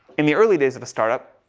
in the early days of a startup.